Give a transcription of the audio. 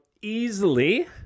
easily